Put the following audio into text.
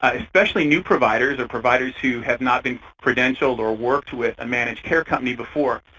especially new providers, or providers who have not been credentialed or worked with a managed care company before,